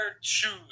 shoes